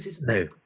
No